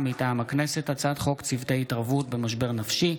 הצעת חוק צוותי התערבות במשבר נפשי,